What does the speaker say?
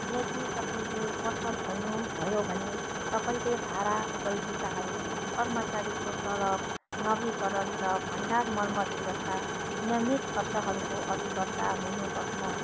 यदि तपाईँले पसल खोल्नुभयो भने तपाईँले भाडा उपयोगिताहरू कर्मचारीको तलब नवीकरण र भन्डार मर्मत जस्ता नियमित खर्चहरूको अभिकर्ता हुनु पर्छ